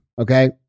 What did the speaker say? Okay